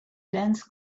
dense